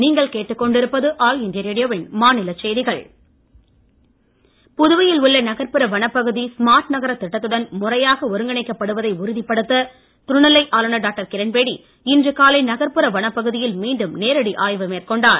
நீங்கள் கேட்டுக் கொண்டிருப்பது மாநிலச் செய்திகள் புதுவையில் உள்ள நகர்ப்புற வனப்பகுதி ஸ்மார்ட் நகரத் திட்டத்துடன் முறையாக ஒருங்கிணைக்கப்படுவதை உறுதிப்படுத்த துணைநிலை ஆளுநர் டாக்டர் கிரண்பேடி இன்று காலை நகர்ப்புற வனப்பகுதியில் மீண்டும் நேரடி ஆய்வு மேற்கொண்டார்